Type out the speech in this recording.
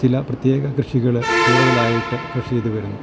ചില പ്രത്യേക കൃഷികൾ കൂടുതലായിട്ട് കൃഷി ചെയ്തു വരുന്നു